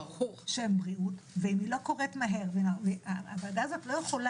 אבל העובדות הן שתקנות